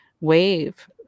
wave